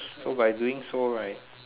so by doing so right